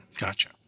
Gotcha